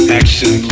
action